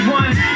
one